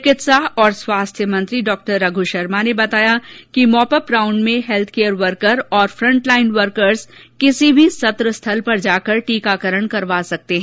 चिकित्सा और स्वास्थ्य मंत्री डॉ रघुशर्मा ने बताया कि मॉपअप राउंड में हैल्थ केयर वर्कर और फ्रंट लाइन वर्कर किसी भी सत्र स्थल पर जाकर टीकाकरण करवा सकते हैं